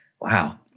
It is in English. Wow